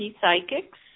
Psychics